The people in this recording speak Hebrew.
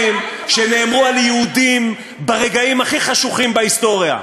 שנאמרו על יהודים ברגעים הכי חשוכים בהיסטוריה,